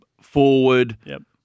forward